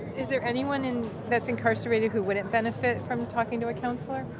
is there anyone and that's incarcerated who wouldn't benefit from talking to a counselor?